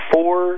Four